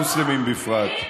ומוסלמים בפרט.